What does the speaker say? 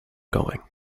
going